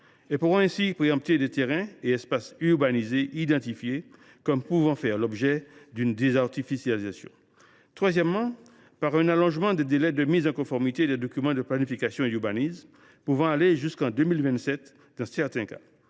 pourront ainsi préempter des terrains et des espaces urbanisés identifiés comme pouvant faire l’objet d’une désartificialisation. Troisièmement, il allonge les délais de mise en conformité des documents de planification et d’urbanisme, lesquels peuvent désormais, dans certains cas,